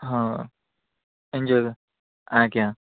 ହଁ ଏଞ୍ଜଇଙ୍ଗ ଆଜ୍ଞା